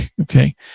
Okay